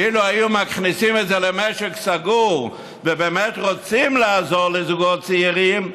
אילו היו מכניסים את זה למשק סגור ובאמת רוצים לעזור לזוגות צעירים,